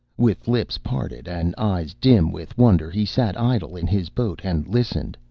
with lips parted, and eyes dim with wonder, he sat idle in his boat and listened,